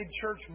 church